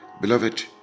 Beloved